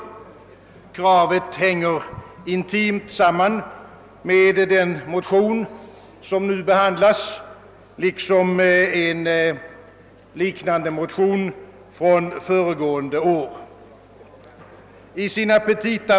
Det kravet hänger intimt samman med den motion som nu behandlas och med en liknande motion förra året. I :sina petita.